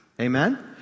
Amen